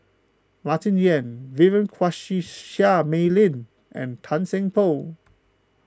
Martin Yan Vivien Quahe Seah Mei Lin and Tan Seng Poh